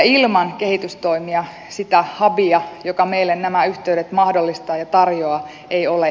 ilman kehitystoimia sitä hubia joka meille nämä yhteydet mahdollistaa ja tarjoaa ei ole